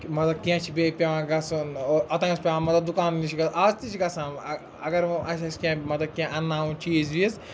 کہِ مطلب کینٛہہ چھِ بیٚیہِ پیٚوان گژھُن اوٚ اوٚتانۍ اوس پیٚوان مطلب دُکانَن نِش گژھ اَز تہِ چھِ گژھان اگر وۄنۍ آسہِ اَسہِ کینٛہہ مطلب کینٛہہ اَنہٕ ناوُن چیٖز ویٖز